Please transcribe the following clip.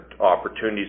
opportunities